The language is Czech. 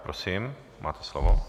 Prosím, máte slovo.